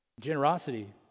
generosity